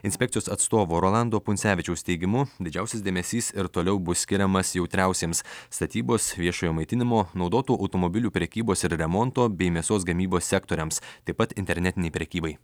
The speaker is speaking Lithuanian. inspekcijos atstovo rolando pundzevičiaus teigimu didžiausias dėmesys ir toliau bus skiriamas jautriausiems statybos viešojo maitinimo naudotų automobilių prekybos ir remonto bei mėsos gamybos sektoriams taip pat internetinei prekybai